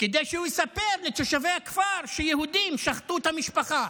כדי שהוא יספר לתושבי הכפר שיהודים שחטו את המשפחה.